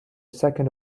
second